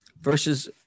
verses